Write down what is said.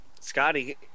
Scotty